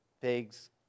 pigs